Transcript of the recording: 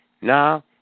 Now